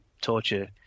torture